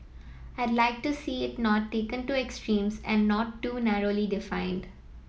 I'd like to see it not taken to extremes and not too narrowly defined